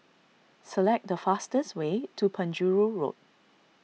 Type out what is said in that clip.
select the fastest way to Penjuru Road